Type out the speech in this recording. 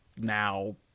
now